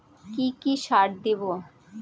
কি কি সার দেবো?